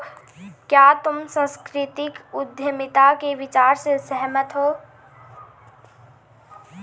क्या तुम सांस्कृतिक उद्यमिता के विचार से सहमत हो?